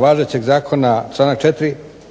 važećeg zakona, članak 4.